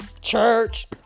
Church